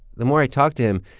the more i talked to him,